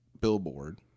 billboard